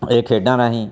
ਇਹ ਖੇਡਾਂ ਰਾਹੀਂ